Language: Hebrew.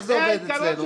איך זה עובד אצלנו?